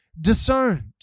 discerned